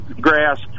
grass